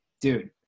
dude